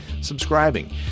subscribing